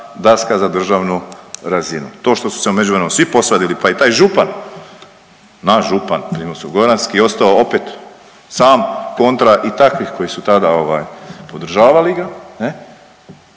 daska za državnu razinu. To su se u međuvremenu posvadili, pa i taj župan, naš župan primorsko-goranski je ostao opet sam kontra i takvih koji su tada podržavali ga,